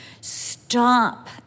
stop